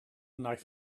wnaeth